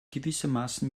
gewissermaßen